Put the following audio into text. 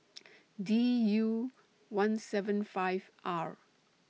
D U one seven five R